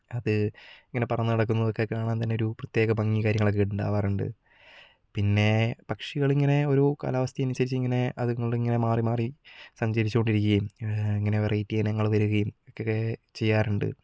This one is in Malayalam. അത് ഇങ്ങനെ പറന്നു നടക്കുന്നതൊക്കെ കാണാൻ തന്നെ ഒരു പ്രത്യേക ഭംഗി കാര്യങ്ങളൊക്കെ ഉണ്ടാവാറുണ്ട് പിന്നെ പക്ഷികളിങ്ങനെ ഓരോ കാലാവസ്ഥ അനുസരിച്ച് ഇങ്ങനെ അതുങ്ങളിങ്ങനെ മാറി മാറി സഞ്ചരിച്ചുകൊണ്ട് ഇരിക്കുകയും അങ്ങനെ വെറൈറ്റി ഇനങ്ങൾ വരികയും ഒക്കെ ചെയ്യാറുണ്ട്